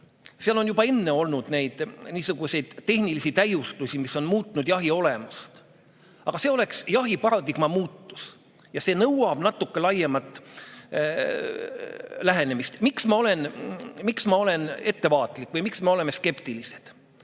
minutit! Juba enne on olnud niisuguseid tehnilisi täiustusi, mis on muutnud jahi olemust, aga see oleks jahiparadigma muutus ja see nõuab natuke laiemat lähenemist. Miks ma olen ettevaatlik või miks me oleme skeptilised?